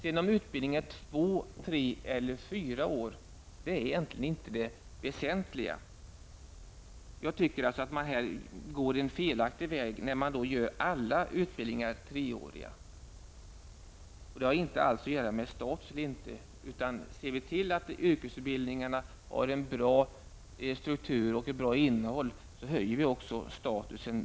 Om sedan utbildningen är två, tre eller fyra år är egentligen inte det väsentliga. Jag tycker alltså att man går en felaktig väg när man gör alla utbildningar treåriga. Det har inte alls att göra med statusen. Om vi ser till att yrkesutbildningen har en bra struktur och ett bra innehåll höjer vi därmed också statusen.